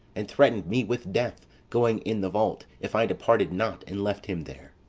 and threat'ned me with death, going in the vault, if i departed not and left him there.